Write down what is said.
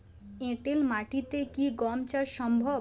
এঁটেল মাটিতে কি গম চাষ সম্ভব?